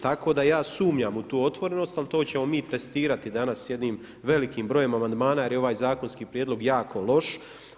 Tako da ja sumnjam u otvorenost ali to ćemo mi testirati danas jednim velikim brojem amandmana jer je ovaj zakonski prijedlog jako loš.